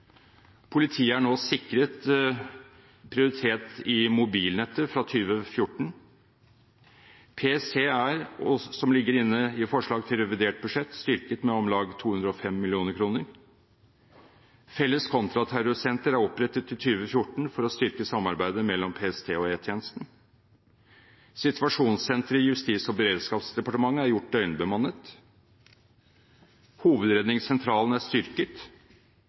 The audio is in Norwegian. Politiet er nå sikret prioritet i mobilnettet fra 2014. PST er, som også ligger inne i forslag til revidert budsjett, styrket med om lag 205 mill. kr. Felles kontraterrorsenter er opprettet i 2014 for å styrke samarbeidet mellom PST og E-tjenesten. Situasjonssenteret i Justis- og beredskapsdepartementet er gjort døgnbemannet. Hovedredningssentralen er styrket.